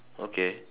okay